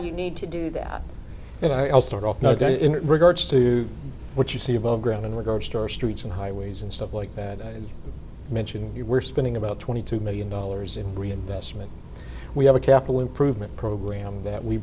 you need to do that and i'll start off in regards to what you see above ground in regards to our streets and highways and stuff like that i mentioned you were spending about twenty two million dollars in reinvestment we have a capital improvement program that we